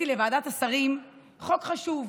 לוועדת השרים חוק חשוב,